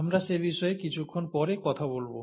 আমরা সে বিষয়ে কিছুক্ষণ পরে কথা বলব